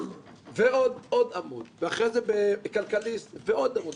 ועוד עמוד, ואחרי זה בעיתון כלכליסט עוד עמוד.